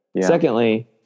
secondly